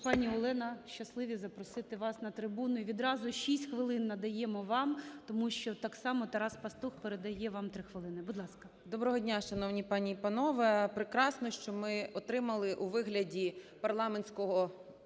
Пані Олена, щасливі запросити вас на трибуну, і відразу 6 хвилин надаємо вам, тому що так само Тарас Пастух передає вам 3 хвилини. Будь ласка. 12:58:42 БАБАК А.В. Доброго дня, шановні пані і панове. Прекрасно, що ми отримали у вигляді парламентського